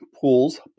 Pools